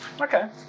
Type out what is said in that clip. Okay